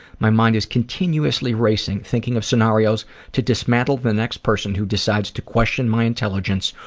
my mind is continuously racing, thinking of scenarios to dismantle the next person who decides to question my intelligence,